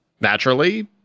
naturally